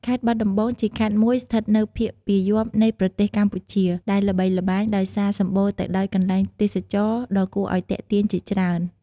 ខេត្តបាត់ដំបងជាខេត្តមួយស្ថិតនៅភាគពាយព្យនៃប្រទេសកម្ពុជា ដែលល្បីល្បាញដោយសារសម្បូរទៅដោយកន្លែងទេសចរណ៍ដ៏គួរឱ្យទាក់ទាញជាច្រើន។